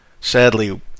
Sadly